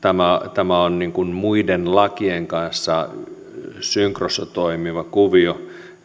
tämä on muiden lakien esimerkiksi lain liikenteen palveluista kanssa synkrossa toimiva kuvio